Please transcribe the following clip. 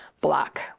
Block